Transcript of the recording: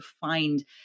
find